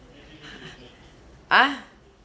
ah